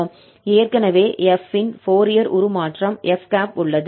ஏற்கனவே 𝑓̂ ன் ஃபோரியர் உருமாற்றம் 𝑓̂ உள்ளது